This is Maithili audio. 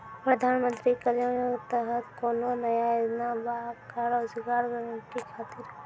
प्रधानमंत्री कल्याण योजना के तहत कोनो नया योजना बा का रोजगार गारंटी खातिर?